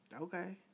Okay